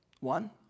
one